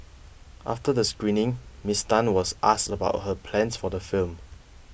after the screening Ms Tan was asked about her plans for the film